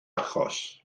achos